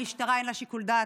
המשטרה, אין לה שיקול דעת.